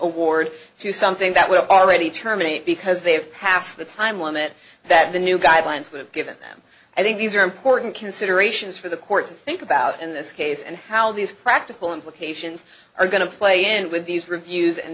award to something that will already terminate because they have passed the time limit that the new guidelines would have given them i think these are important considerations for the court to think about in this case and how these practical implications are going to play and with these reviews and